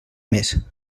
més